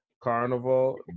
carnival